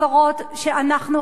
כשאנחנו,